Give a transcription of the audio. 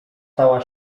stała